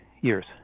years